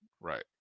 Right